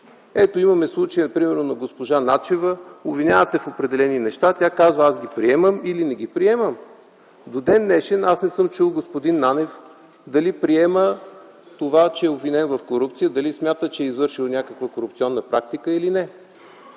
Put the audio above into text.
Ето, имаме случая на госпожа Начева - обвиняват я в определени неща, тя казва: аз ги приемам или не ги приемам. До ден - днешен аз не съм чул дали господин Нанев приема това, че е обвинен в корупция, дали смята, че е извършил някаква корупция на практика или не.